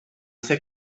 ser